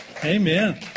Amen